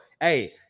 Hey